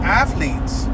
athletes